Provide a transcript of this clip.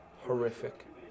Horrific